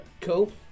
Cool